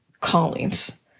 callings